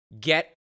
get